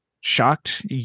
shocked